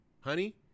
Honey